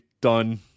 done